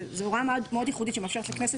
זו הוראה מאוד ייחודית שמאפשרת לכנסת